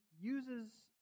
uses